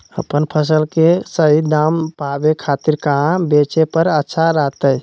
अपन फसल के सही दाम पावे खातिर कहां बेचे पर अच्छा रहतय?